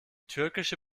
türkische